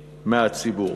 מהציבור.